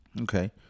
Okay